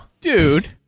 dude